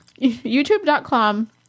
YouTube.com